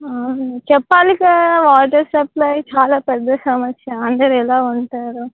చెప్పాలి కదా water supply చాలా పెద్ద సమస్య అందరు ఎలా ఉంటారు